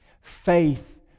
faith